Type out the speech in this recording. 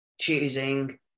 choosing